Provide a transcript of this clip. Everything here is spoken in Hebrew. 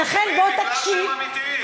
אבל אמיתיים.